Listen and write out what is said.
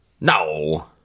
no